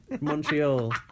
Montreal